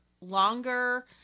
longer